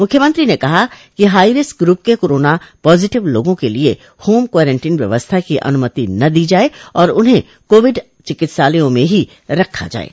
मुख्यमंत्री ने कहा कि हाईरिस्क ग्रुप के कोरोना पॉजिटिव लोगों के लिये होम क्वारेंटीन व्यवस्था की अनूमति न दी जाये और उन्हें कोविड चिकित्सालयों में ही रखा जाये